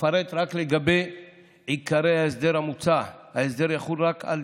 אפרט על עיקרי ההסדר המוצע: ההסדר יחול רק על